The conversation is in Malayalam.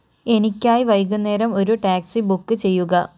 എനിക്കായി വൈകുന്നേരം ഒരു ടാക്സി ബുക്ക് ചെയ്യുക